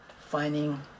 finding